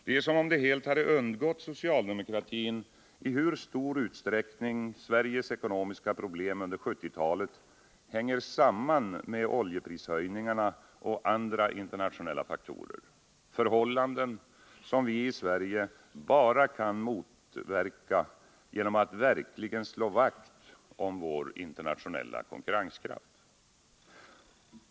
Det är som om det helt hade undgått socialdemokratin i hur stor utsträckning Sveriges ekonomiska problem under 1970-talet hänger samman med oljeprishöjningarna och andra internationella faktorer — förhållanden som vi i Sverige bara kan motverka genom att verkligen slå vakt om vår internationella konkurrenskraft.